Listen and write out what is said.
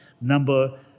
Number